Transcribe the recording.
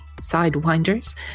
Sidewinders